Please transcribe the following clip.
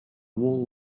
wall